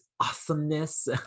awesomeness